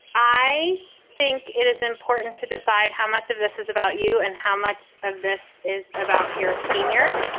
i think it is important to decide how much of this is about you and how much of this is about your senior,